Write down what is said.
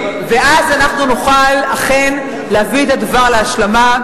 ואז נוכל אכן להביא את הדבר להשלמה.